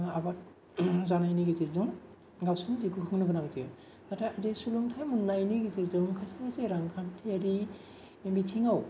आबाद जानायनि गेजेरजों गावसोरनो जिउखौ होनांगौ जायो नाथाय बे सोलोंथाय मोनयनि गेजेरजों माखासे रांखान्थियारि बिथिंआव